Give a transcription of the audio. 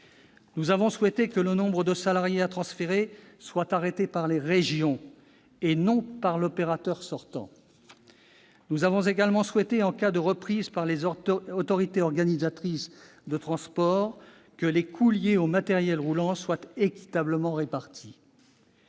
Nous avons souhaité que le nombre de salariés à transférer soit arrêté par les régions, et non pas par l'opérateur sortant. Nous avons également souhaité que, en cas de reprise par les autorités organisatrices de transport, les coûts liés aux matériels roulants soient équitablement répartis.